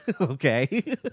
Okay